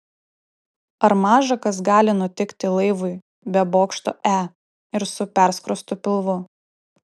ar maža kas gali nutikti laivui be bokšto e ir su perskrostu pilvu